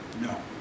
No